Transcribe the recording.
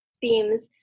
themes